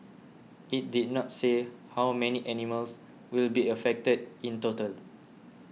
it did not say how many animals will be affected in total